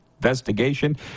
investigation